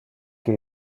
que